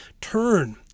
turn